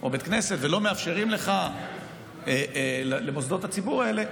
או בית כנסת ולא מאפשרים את מוסדות הציבור האלה,